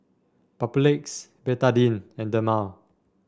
Papulex Betadine and Dermale